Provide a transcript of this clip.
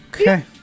Okay